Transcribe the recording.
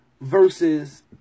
versus